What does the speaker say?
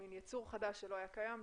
יצור חדש שלא היה קיים,